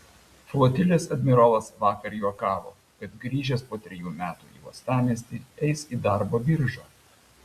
flotilės admirolas vakar juokavo kad grįžęs po trejų metų į uostamiestį eis į darbo biržą